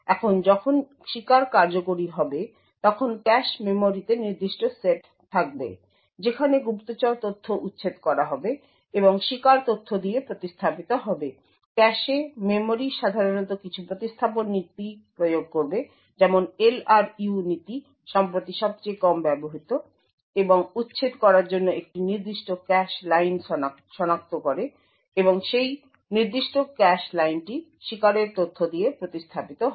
এখন যখন শিকার কার্যকরি হবে তখন ক্যাশ মেমরিতে নির্দিষ্ট সেট থাকবে যেখানে গুপ্তচর তথ্য উচ্ছেদ করা হবে এবং শিকার তথ্য দিয়ে প্রতিস্থাপিত হবে ক্যাশে মেমরি সাধারণত কিছু প্রতিস্থাপন নীতি প্রয়োগ করবে যেমন LRU নীতি সম্প্রতি সবচেয়ে কম ব্যবহৃত এবং উচ্ছেদ করার জন্য একটি নির্দিষ্ট ক্যাশ লাইন সনাক্ত করে এবং সেই নির্দিষ্ট ক্যাশ লাইনটি শিকারের তথ্য দিয়ে প্রতিস্থাপিত হয়